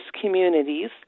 communities